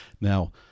Now